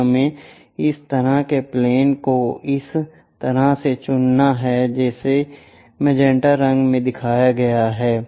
हमें इस तरह के प्लेन को इस तरह से चुनना है जिसे मैजेंटा रंग में दिखाया गया है